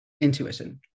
intuition